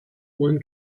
when